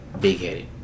big-headed